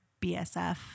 BSF